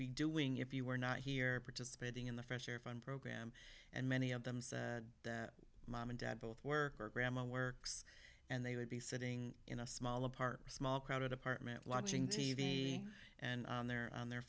be doing if you were not here participating in the fresh air fund program and many of them say mom and dad both work or grandma works and they would be sitting in a small apartment small crowded apartment watching t v and they're on their